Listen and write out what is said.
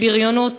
מבריונות,